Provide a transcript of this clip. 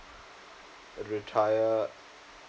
you retire